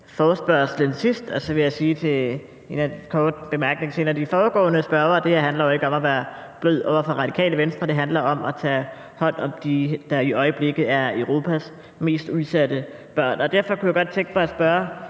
forespørgslen sidst, og så vil jeg sige til en af de foregående spørgere i forhold til en kort bemærkning, at det her jo ikke handler om at være blød over for Radikale Venstre; det handler om at tage hånd om dem, der i øjeblikket er Europas mest udsatte børn. Derfor kunne jeg godt tænke mig at spørge